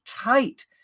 tight